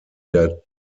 der